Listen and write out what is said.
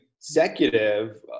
executive